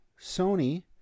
Sony